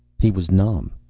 he was numb.